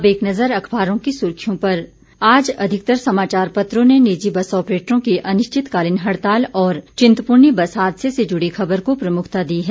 अब एक नजर अखबारों की सुर्खियों पर आज अधिकतर समाचापत्रों ने निजी बस आप्रेटरों की अनिश्चतकालीन हड़ताल और चिंतपूर्णी बस हादसे से जुड़ी खबर को प्रमुखता दी है